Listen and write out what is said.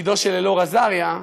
לצדו של אלאור עזריה,